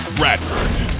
Radford